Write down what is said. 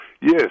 Yes